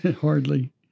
Hardly